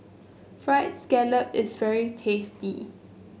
fried scallop is very tasty